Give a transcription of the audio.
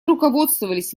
руководствовались